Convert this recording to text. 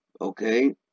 okay